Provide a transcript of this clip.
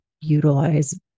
utilize